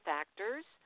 Factors